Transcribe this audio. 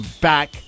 back